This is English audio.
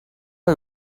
are